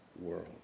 world